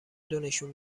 دونشون